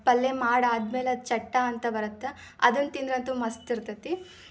ಪಲ್ಯ ಮಾಡಾದ್ಮೇಲೆ ಅದು ಚಟ್ಟ ಅಂತ ಬರತ್ತೆ ಅದನ್ನು ತಿಂದ್ರಂತೂ ಮಸ್ತ್ ಇರ್ತತಿ